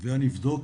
אני אבדוק,